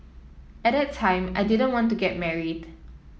at that time I didn't want to get married